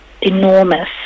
enormous